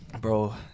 bro